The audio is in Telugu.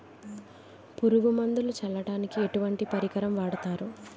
పురుగు మందులు చల్లడానికి ఎటువంటి పరికరం వాడతారు?